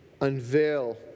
unveil